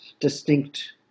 distinct